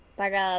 para